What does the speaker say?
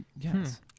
Yes